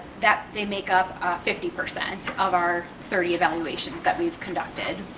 that they make up fifty percent of our thirty evaluations that we've conducted.